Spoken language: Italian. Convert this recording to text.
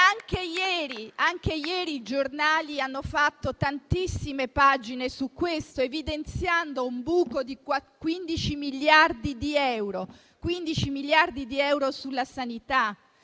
Anche ieri i giornali hanno dedicato tantissime pagine a questo tema, evidenziando un buco di 15 miliardi di euro nella sanità.